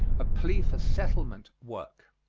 a plea for settlement work.